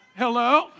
Hello